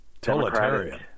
Totalitarian